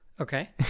Okay